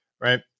right